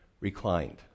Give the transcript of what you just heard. reclined